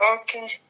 Okay